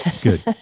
Good